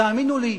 תאמינו לי,